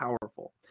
powerful